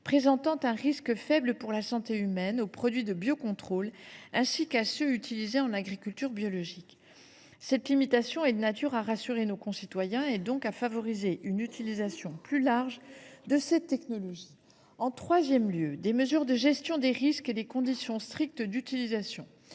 présentant un risque faible pour la santé humaine, aux produits de biocontrôle ainsi qu’à ceux qui sont utilisés en agriculture biologique. Cette limitation est de nature à rassurer nos concitoyens et donc à favoriser une utilisation plus large de cette technologie. En troisième lieu, des mesures de gestion des risques et des conditions d’utilisation